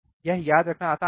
यह याद रखना आसान है